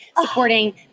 Supporting